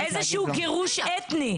איזה שהוא גירוש אתני.